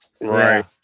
right